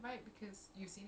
ya nudity